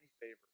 favors